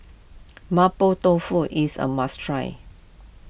Mapo Tofu is a must try